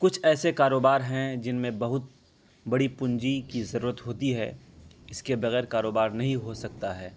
کچھ ایسے کاروبار ہیں جن میں بہت بڑی پونجی کی ضرورت ہوتی ہے اس کے بغیر کاروبار نہیں ہو سکتا ہے